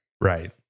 right